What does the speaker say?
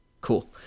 Cool